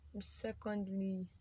Secondly